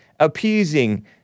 appeasing